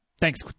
Thanks